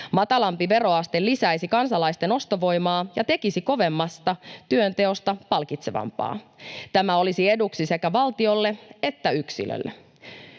Matalampi veroaste lisäisi kansalaisten ostovoimaa ja tekisi kovemmasta työnteosta palkitsevampaa. Tämä olisi eduksi sekä valtiolle että yksilölle.